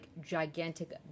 gigantic